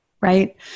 right